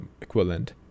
equivalent